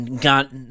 Got